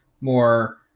more –